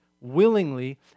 Willingly